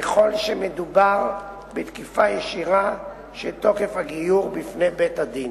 ככל שמדובר בתקיפה ישירה של תוקף הגיור בפני בית-הדין.